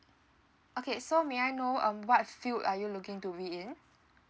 okay so may I know um what field are you looking to be in